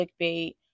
clickbait